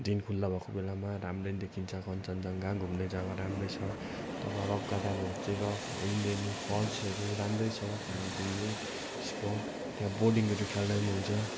दिन खुल्ला भएको बेलामा राम्रै देखिन्छ कञ्चनजङ्घा घुम्ने जग्गा राम्रै छ तल रक गार्डनहरूतिर इन्द्रेनी फल्सहरू राम्रै छ पानी घुम्ने स्पट त्यहाँ बोटिङहरू खेल्दा पनि हुन्छ